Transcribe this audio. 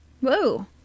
Whoa